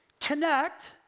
Connect